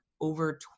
over